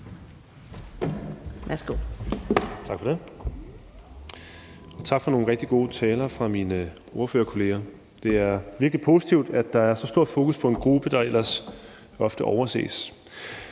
Tak for nogle rigtig gode taler fra mine ordførerkolleger. Det er virkelig positivt, at der er så stort fokus på en gruppe, der ellers ofte overses.